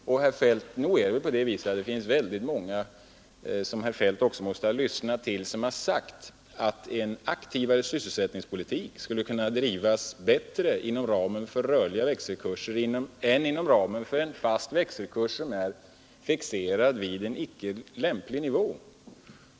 Och, herr Feldt, nog är det väl så att det finns rejält många som herr Feldt lyssnar till som sagt att en aktivare sysselsättningspolitik skulle kunna drivas bättre inom ramen för rörliga växelkurser än inom ramen för en fast växelkurs som är fixerad vid en icke lämplig nivå.